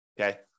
okay